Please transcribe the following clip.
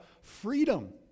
freedom